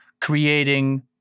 creating